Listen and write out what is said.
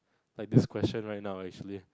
like this question right now actually